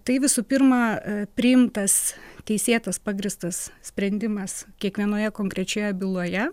tai visų pirma priimtas teisėtas pagrįstas sprendimas kiekvienoje konkrečioje byloje